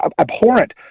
abhorrent